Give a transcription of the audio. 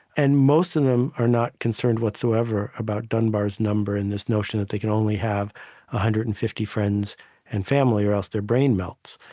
and most of them are not concerned whatsoever about dunbar's number and this notion that they can only have one ah hundred and fifty friends and family, or else their brain melts.